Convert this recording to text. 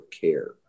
Care